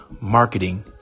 marketing